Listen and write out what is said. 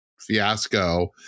fiasco